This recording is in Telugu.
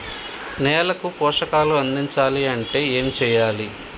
నేలకు పోషకాలు అందించాలి అంటే ఏం చెయ్యాలి?